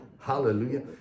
Hallelujah